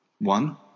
One